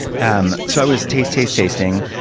um so i was taste, taste, tasting.